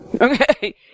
okay